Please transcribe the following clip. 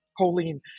choline